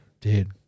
dude